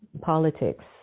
politics